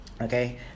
okay